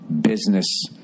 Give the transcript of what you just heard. business